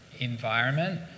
environment